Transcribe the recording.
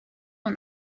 und